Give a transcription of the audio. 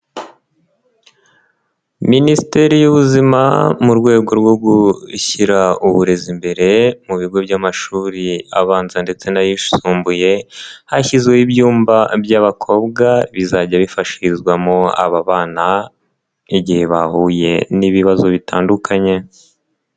Minisiteri y'Ubuzima mu rwego rwo gushyira uburezi imbere mu bigo by'amashuri abanza ndetse n'ayisumbuye hashyizweho ibyumba by'abakobwa bizajya bifashirizwamo aba bana igihe bahuye n'ibibazo bitandukanye.